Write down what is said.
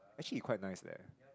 actually he quite nice leh